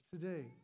today